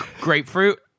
Grapefruit